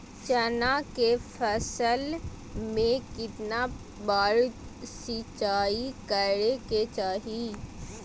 चना के फसल में कितना बार सिंचाई करें के चाहि?